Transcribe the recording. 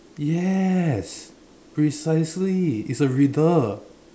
yes precisely it's a riddle